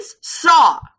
saw